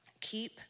Keep